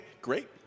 great